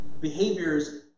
behaviors